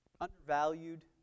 undervalued